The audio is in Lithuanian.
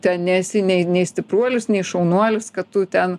ten nesi nei nei stipruolis nei šaunuolis kad tu ten